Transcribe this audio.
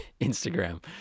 Instagram